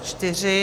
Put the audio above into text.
4.